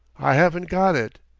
i haven't got it.